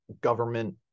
government